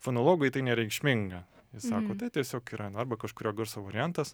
fonologui tai nereikšminga jis sako tai tiesiog yra arba kažkurio garso variantas